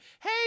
hey